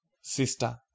sister